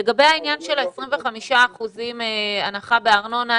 לגבי העניין של ה-25 אחוזים הנחה בארנונה.